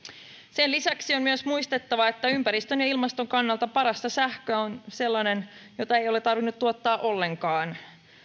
sen lisäksi on myös muistettava että ympäristön ja ilmaston kannalta parasta sähköä on sellainen jota ei ole tarvinnut tuottaa ollenkaan